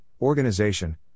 organization